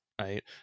right